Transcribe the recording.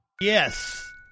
Yes